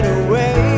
away